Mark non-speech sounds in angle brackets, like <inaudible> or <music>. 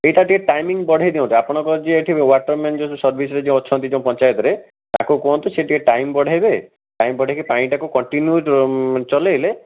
ଏଇଟା ଟିକିଏ ଟାଇମିଂ ବଢ଼ାଇ ଦିଅନ୍ତୁ ଆପଣଙ୍କର ଯିଏ ଏଠି ୱାଟର ମ୍ୟାନ୍ <unintelligible> ସର୍ଭିସରେ ଯିଏ ଅଛନ୍ତି ଯେଉଁ ପଞ୍ଚାୟତରେ ତାକୁ କୁହନ୍ତୁ ସେ ଟିକିଏ ଟାଇମ୍ ବଢ଼ାଇବେ ଟାଇମ୍ ବଢ଼ାଇକି ପାଣିଟାକୁ କଣ୍ଟିନ୍ୟୁ ଚଲାଇଲେ